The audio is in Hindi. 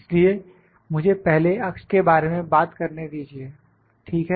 इसलिए मुझे पहले अक्ष के बारे में बात करने दीजिए ठीक है